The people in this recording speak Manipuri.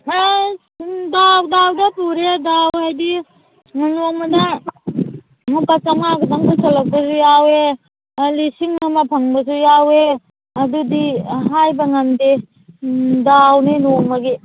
ꯑꯁ ꯁꯨꯝ ꯗꯥꯎ ꯗꯥꯎꯗ ꯄꯨꯔꯦ ꯗꯥꯎ ꯍꯥꯏꯕꯗꯤ ꯅꯣꯡꯃꯗ ꯂꯨꯄꯥ ꯆꯥꯃꯉꯥ ꯈꯛꯇꯪ ꯄꯨꯁꯜꯂꯛꯄꯁꯨ ꯌꯥꯎꯌꯦ ꯂꯤꯁꯤꯡ ꯑꯃ ꯐꯪꯕꯁꯨ ꯌꯥꯎꯋꯦ ꯑꯗꯨꯗꯤ ꯍꯥꯏꯕ ꯉꯝꯗꯦ ꯗꯥꯎꯅꯦ ꯅꯣꯡꯃꯒꯤ